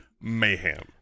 mayhem